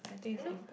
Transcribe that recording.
you know